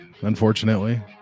unfortunately